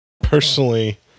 personally